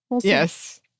Yes